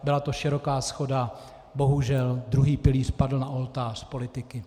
Byla to široká shoda, bohužel druhý pilíř padl na oltář politiky.